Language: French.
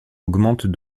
augmentent